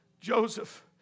Joseph